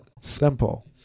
simple